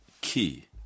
key